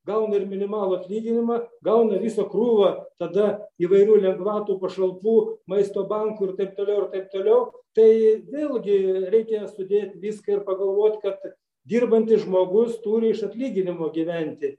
gauna ir minimalų atlyginimą gauna visą krūvą tada įvairių lengvatų pašalpų maisto bankų ir taip toliau ir taip toliau tai vėlgi reikia sudėt viską ir pagalvot kad dirbantis žmogus turi iš atlyginimo gyventi